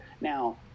Now